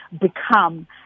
become